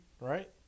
Right